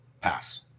pass